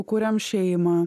kuriam šeimą